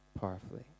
powerfully